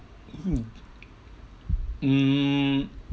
mm mm